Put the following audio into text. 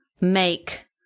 make